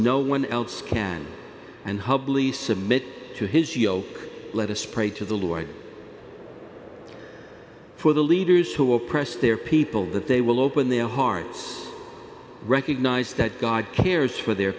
no one else can and humbly submit to his yoke let us pray to the lord for the leaders who oppress their people that they will open their hearts recognize that god cares for their